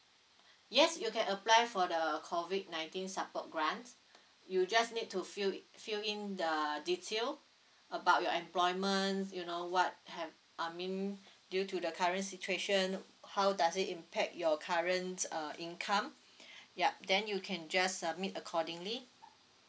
yes you can apply for the COVID nineteen support grant you just need to fill fill in the detail about your employment you know what have I mean due to the current situation how does it impact your current uh income yup then you can just submit accordingly